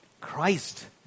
Christ